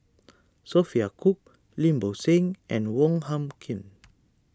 Sophia Cooke Lim Bo Seng and Wong Hung Khim